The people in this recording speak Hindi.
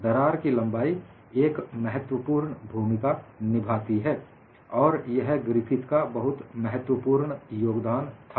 दरार की लंबाई एक महत्वपूर्ण भूमिका निभाती है और यह ग्रिफिथ का बहुत महत्वपूर्ण योगदान था